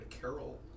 Carol